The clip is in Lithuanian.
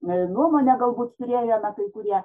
nuomone galbūt turėjome kai kurie